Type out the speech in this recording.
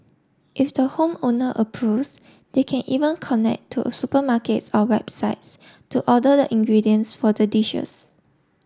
if the home owner approves they can even connect to supermarkets or websites to order the ingredients for the dishes